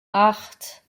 acht